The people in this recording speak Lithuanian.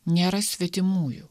nėra svetimųjų